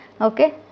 Okay